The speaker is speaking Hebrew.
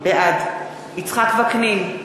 בעד יצחק וקנין,